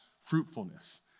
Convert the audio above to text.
fruitfulness